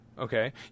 Okay